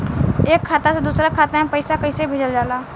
एक खाता से दूसरा खाता में पैसा कइसे भेजल जाला?